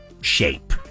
shape